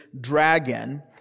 dragon